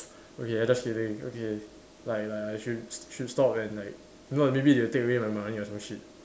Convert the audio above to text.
okay lah just kidding okay like like I should should stop and like if not maybe they'll take away my money or some shit